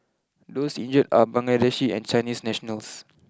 those injured are Bangladeshi and Chinese nationals